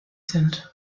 sind